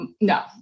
no